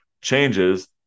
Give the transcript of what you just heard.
changes